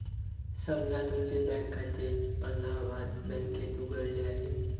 समजा तुमचे बँक खाते अलाहाबाद बँकेत उघडले आहे